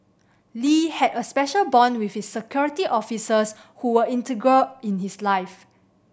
Lee had a special bond with his Security Officers who were integral in his life